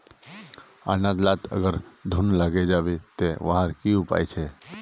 अनाज लात अगर घुन लागे जाबे ते वहार की उपाय छे?